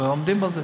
ועומדים בזה.